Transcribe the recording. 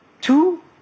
Two